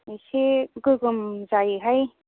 इसे गोगोम जायोहाय